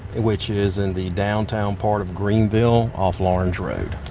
and which is in the downtown part of greenville, off lawrence road.